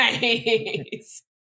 Nice